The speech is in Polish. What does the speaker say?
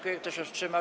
Kto się wstrzymał?